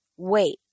Wait